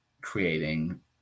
creating